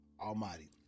Almighty